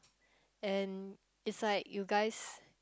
and it's like you guys